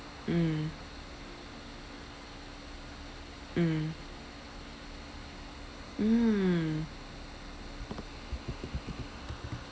mm mm mm